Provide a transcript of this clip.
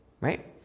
right